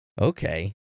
Okay